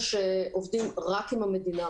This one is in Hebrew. שעובדים רק עם המדינה,